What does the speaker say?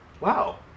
wow